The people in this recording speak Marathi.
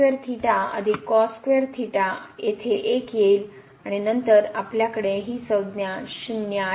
तर ते sin square theta अधिक cos square theta येथे 1 येईल आणि नंतर आपल्याकडे ही संज्ञा ही शून्य आहे